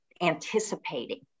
anticipating